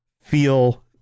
feel